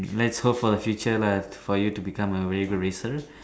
let's hope for the future lah for you to become a very good racer